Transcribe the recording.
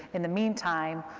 in the meantime,